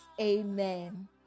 Amen